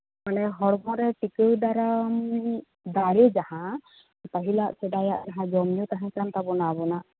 ᱦᱚᱲᱢᱚ ᱨᱮ ᱴᱤᱠᱟᱹᱣ ᱫᱟᱨᱟᱢ ᱫᱟᱲᱮ ᱡᱟᱦᱟᱸ ᱯᱟᱹᱦᱤᱞᱟᱜ ᱥᱮᱫᱟᱭᱟᱜ ᱡᱟᱦᱟᱸ ᱡᱚᱢᱼᱧᱩ ᱛᱟᱦᱮᱸ ᱠᱟᱱᱟ ᱟᱵᱚᱣᱟᱜ